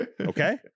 Okay